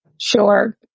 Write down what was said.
Sure